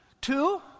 Two